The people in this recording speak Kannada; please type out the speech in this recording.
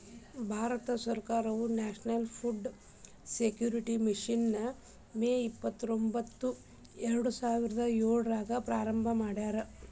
ಭಾರತ ಸರ್ಕಾರದವ್ರು ನ್ಯಾಷನಲ್ ಫುಡ್ ಸೆಕ್ಯೂರಿಟಿ ಮಿಷನ್ ನ ಮೇ ಇಪ್ಪತ್ರೊಂಬತ್ತು ಎರಡುಸಾವಿರದ ಏಳ್ರಾಗ ಪ್ರಾರಂಭ ಮಾಡ್ಯಾರ